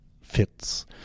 fits